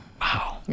Wow